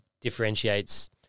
differentiates